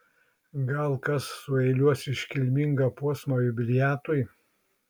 gal kas sueiliuos iškilmingą posmą jubiliatui